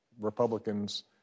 republicans